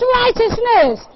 righteousness